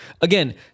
Again